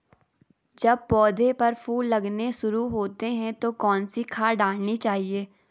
जब पौधें पर फूल लगने शुरू होते हैं तो कौन सी खाद डालनी चाहिए?